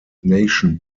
nation